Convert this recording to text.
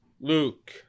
Luke